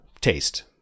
Taste